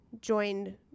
joined